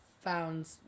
found